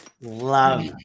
love